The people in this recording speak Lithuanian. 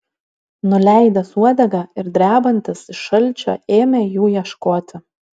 nuleidęs uodegą ir drebantis iš šalčio ėmė jų ieškoti